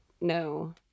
no